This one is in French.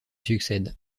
succède